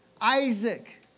Isaac